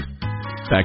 Back